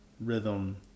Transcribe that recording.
rhythm